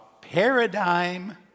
paradigm